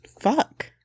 Fuck